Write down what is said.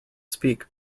speak